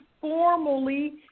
formally